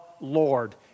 Lord